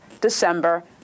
December